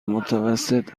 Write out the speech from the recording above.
متوسط